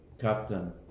captain